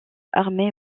armée